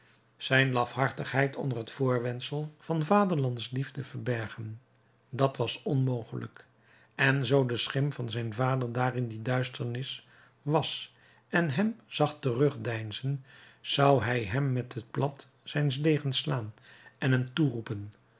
zijn lafhartigheid onder het voorwendsel van vaderlandsliefde verbergen dat was onmogelijk en zoo de schim van zijn vader daar in die duisternis was en hem zag terugdeinzen zou hij hem met het plat zijns degens slaan en hem toeroepen